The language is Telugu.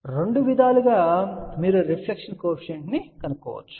కాబట్టి రెండు విధాలుగా మీరు రిఫ్లెక్షన్ కోఎఫిషియంట్ ను కనుగొనవచ్చు